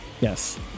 Yes